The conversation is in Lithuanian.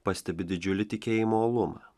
pastebiu didžiulį tikėjimo uolumą